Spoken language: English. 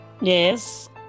yes